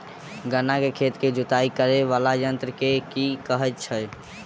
गन्ना केँ खेत केँ जुताई करै वला यंत्र केँ की कहय छै?